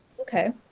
Okay